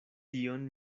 tion